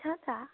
छ त